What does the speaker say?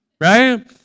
right